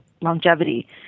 longevity